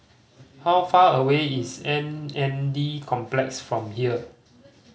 how far away is M N D Complex from here